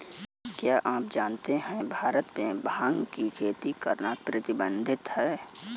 क्या आप जानते है भारत में भांग की खेती करना प्रतिबंधित है?